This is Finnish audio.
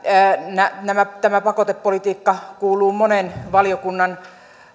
tämä pakotepolitiikka kuuluu monen valiokunnan